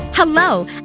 Hello